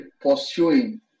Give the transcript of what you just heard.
pursuing